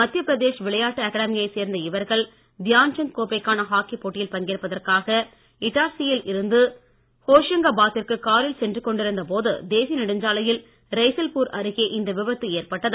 மத்திய பிரதேஷ் விளையாட்டு அகாடமியைச் சேர்ந்த இவர்கள் தியான்சந்த் கோப்பைக்கான ஹாக்கிப் போட்டியில் பங்கேற்பதற்காக இட்டார்சி யில் இருந்து ஹோஷங்கா பாத் திற்கு காரில் சென்று கொண்டிருந்த போது தேசிய நெடுஞ்சாலையில் ரைசல் பூர் அருகே இந்த விபத்து ஏற்பட்டது